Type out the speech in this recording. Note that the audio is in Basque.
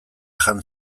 jan